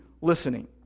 listening